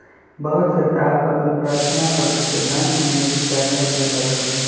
बहुत से ग्राहक अपन प्रार्थना पत्र के बैंक में भी जाकर दे सका हई